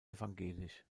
evangelisch